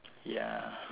ya